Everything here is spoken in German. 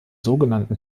sogenannten